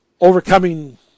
Overcoming